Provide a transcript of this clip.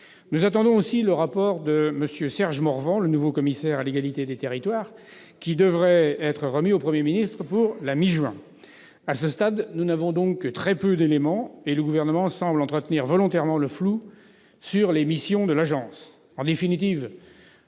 Nous attendons aussi le rapport de M. Serge Morvan, nouveau commissaire général à l'égalité des territoires, qui devrait être remis au Premier ministre pour la mi-juin. À ce stade, nous n'avons donc que très peu d'éléments. Le Gouvernement semble entretenir volontairement le flou sur les missions de l'agence.